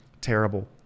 terrible